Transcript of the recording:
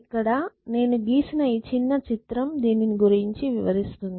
ఇక్కడ నేను గీసిన ఈ చిన్న చిత్రం దీనిని గురించి వివరిస్తుంది